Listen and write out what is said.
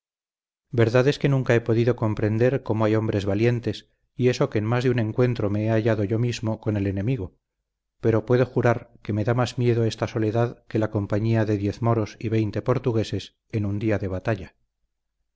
verdad es que nunca he podido comprender cómo hay hombres valientes y eso que en más de un encuentro me he hallado yo mismo con el enemigo pero puedo jurar que me da más miedo esta soledad que la compañía de diez moros y veinte portugueses en un día de batalla